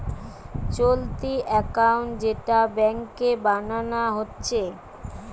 চলতি একাউন্ট যেটা ব্যাংকে বানানা হচ্ছে